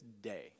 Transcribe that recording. day